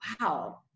wow